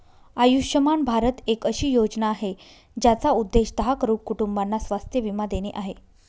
आयुष्यमान भारत एक अशी योजना आहे, ज्याचा उद्देश दहा करोड कुटुंबांना स्वास्थ्य बीमा देणे आहे